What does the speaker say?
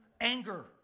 Anger